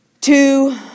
Two